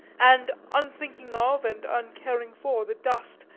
and unthinking of and uncaring for the dust,